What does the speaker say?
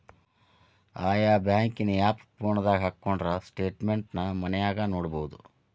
ಆಯಾ ಬ್ಯಾಂಕಿನ್ ಆಪ್ ಫೋನದಾಗ ಹಕ್ಕೊಂಡ್ರ ಸ್ಟೆಟ್ಮೆನ್ಟ್ ನ ಮನ್ಯಾಗ ನೊಡ್ಬೊದು